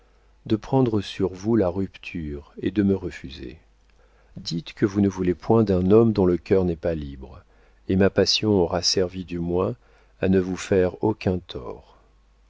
de prendre sur vous la rupture et de me refuser dites que vous ne voulez point d'un homme dont le cœur n'est pas libre et ma passion aura servi du moins à ne vous faire aucun tort